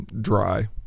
dry